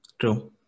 True